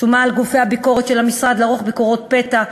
שומה על גופי הביקורת של המשרד לערוך ביקורות פתע.